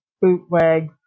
bootleg